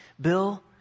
Bill